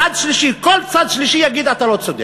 צד שלישי, כל צד שלישי יגיד: אתה לא צודק.